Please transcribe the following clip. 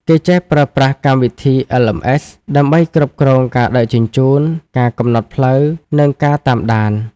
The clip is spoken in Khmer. គេចេះប្រើប្រាស់កម្មវិធី LMS ដើម្បីគ្រប់គ្រងការដឹកជញ្ជូន ការកំណត់ផ្លូវ និងការតាមដាន។